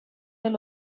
del